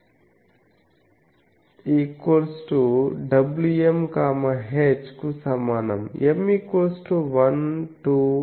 F wm h కు సమానం m 12